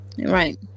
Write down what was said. Right